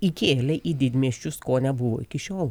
įkėlė į didmiesčius ko nebuvo iki šiol